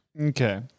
Okay